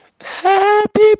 happy